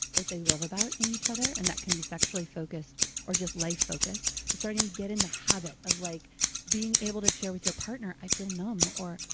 what they love about in each other. and that can be sexually focused or just life focused. but starting to get in the habit of like being able to share with your partner, i feel numb. or,